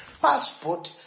passport